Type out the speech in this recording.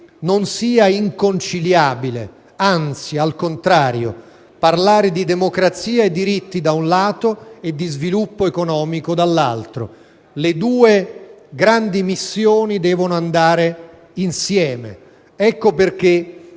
non sia inconciliabile - anzi, al contrario - parlare di democrazia e di diritti da un lato, e di sviluppo economico dall'altro: le due grandi missioni devono andare insieme. Ecco perché,